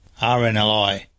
RNLI